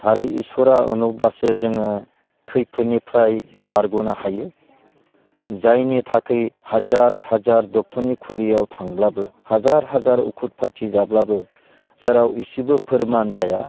थारै इसरा अनोब्लासो जोङो खैफोदनिफ्राय बारगनो हायो जायनि थाखै हाजार हाजार ड'क्टरनि खुलियाव थांब्लाबो हाजार हाजार उखुद फाथि जाब्लाबो जेराव इसिबो फोरमान जाया